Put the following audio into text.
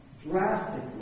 Drastically